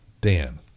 Dan